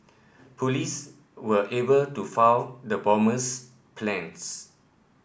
police were able to foil the bomber's plans